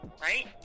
Right